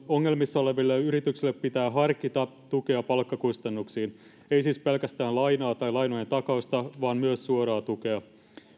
ongelmissa oleville yrityksille pitää harkita tukea palkkakustannuksiin ei siis pelkkää lainaa tai lainojen takausta vaan myös suoraa tukea